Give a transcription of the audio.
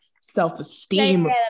self-esteem